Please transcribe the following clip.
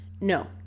no